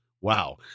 wow